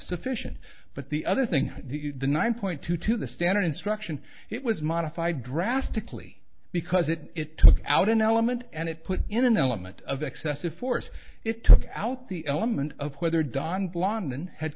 sufficient but the other thing the one point two to the standard instruction it was modified drastically because it it took out an element and it put in an element of excessive force it took out the element of whether don blondin had